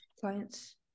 clients